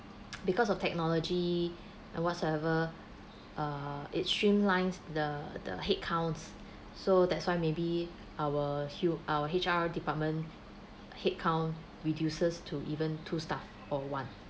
because of technology and whatsoever err it streamlines the the headcounts so that's why maybe our h~ our H_R department headcount reduces to even two staff or one